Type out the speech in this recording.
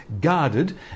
guarded